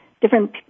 different